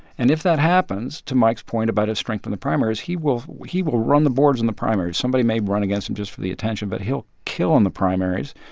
and if that happens, to mike's point about his strength in the primaries, he will he will run the boards in the primaries. somebody may run against him just for the attention, but he'll kill in the primaries.